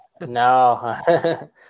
no